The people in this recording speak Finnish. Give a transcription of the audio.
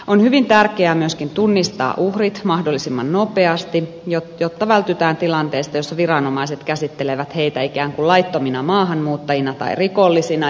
on hyvin tärkeää myöskin tunnistaa uhrit mahdollisimman nopeasti jotta vältytään tilanteelta jossa viranomaiset käsittelevät heitä ikään kuin laittomina maahanmuuttajina tai rikollisina